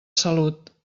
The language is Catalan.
salut